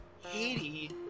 Haiti